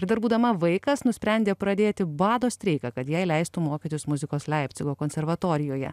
ir dar būdama vaikas nusprendė pradėti bado streiką kad jai leistų mokytis muzikos leipcigo konservatorijoje